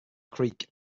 creek